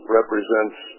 represents